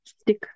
stick